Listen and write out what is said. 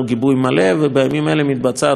ובימים האלה נערכת חקירה פלילית.